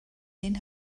ein